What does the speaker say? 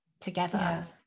together